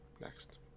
next